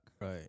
right